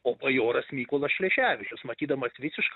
o bajoras mykolas šleževičius matydamas visišką